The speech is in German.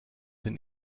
den